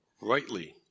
rightly